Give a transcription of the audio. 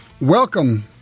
welcome